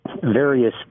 various